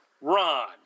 Ron